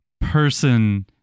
person